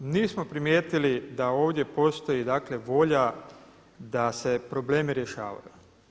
Nismo primijetili da ovdje postoji volja da se problemi rješavaju.